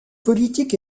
politiques